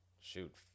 shoot